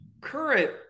current